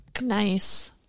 Nice